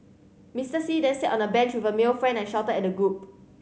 Mister See then sat on a bench with a male friend and shouted at the group